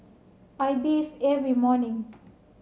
I bathe every morning